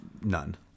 none